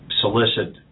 solicit